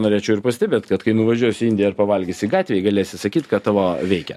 norėčiau ir pastebėt kad kai nuvažiuosi į indiją ir pavalgysi gatvėj galėsi sakyt kad tavo veikia